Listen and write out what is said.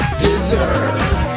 deserve